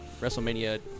WrestleMania